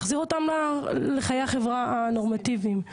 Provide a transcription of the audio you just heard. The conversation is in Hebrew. להחזיר אותם לחיי החברה הנורמטיביים.